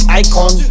icon